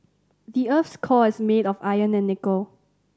the earth's core is made of iron and nickel